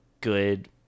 good